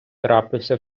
трапився